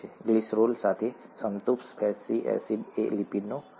glycerol સાથે સંતૃપ્ત fatty acid એ લિપિડનું ઉદાહરણ છે